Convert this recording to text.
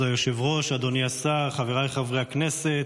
כבוד היושב-ראש, אדוני השר, חבריי חברי הכנסת,